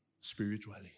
spiritually